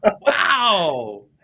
Wow